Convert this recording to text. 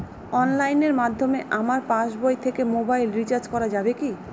অনলাইনের মাধ্যমে আমার পাসবই থেকে মোবাইল রিচার্জ করা যাবে কি?